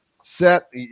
set